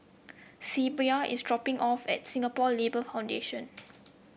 Sybilla is dropping off at Singapore Labour Foundation